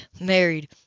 Married